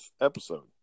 episode